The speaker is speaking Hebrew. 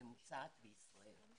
ממוצעת בישראל.